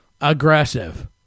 Aggressive